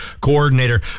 coordinator